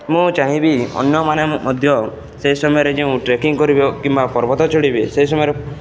ମୁଁ ଚାହିଁବି ଅନ୍ୟମାନେ ମଧ୍ୟ ସେହି ସମୟରେ ଯେଉଁ ଟ୍ରେକିଂ କରିବେ କିମ୍ବା ପର୍ବତ ଚଢ଼ିବେ ସେହି ସମୟରେ